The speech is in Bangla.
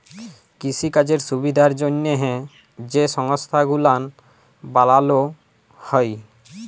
কিসিকাজের সুবিধার জ্যনহে যে সংস্থা গুলান বালালো হ্যয়